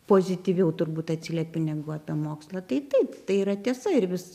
pozityviau turbūt atsiliepi negu apie mokslą tai taip tai yra tiesa ir vis